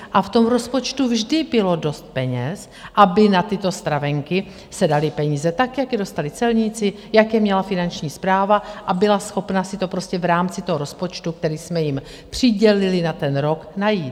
A v tom rozpočtu vždy bylo dost peněz, aby na tyto stravenky se daly peníze, tak jak je dostali celníci, jak je měla Finanční správa, a byla schopna si to prostě v rámci toho rozpočtu, který jsme jim přidělili na ten rok, najít.